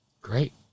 Great